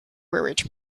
worried